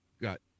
got